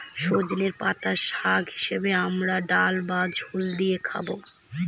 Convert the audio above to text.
সজনের পাতা শাক হিসেবে আমরা ডাল বা ঝোলে দিয়ে খাবো